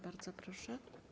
Bardzo proszę.